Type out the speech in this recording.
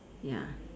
ya